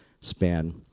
span